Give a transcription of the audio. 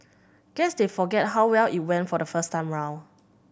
guess they forgot how well it went the first time round